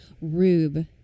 Rube